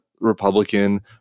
Republican